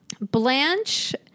Blanche